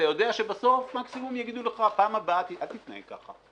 אתה יודע שבסוף מקסימום יגידו לך בפעם הבאה אל תתנהג ככה.